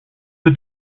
the